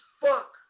fuck